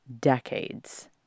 decades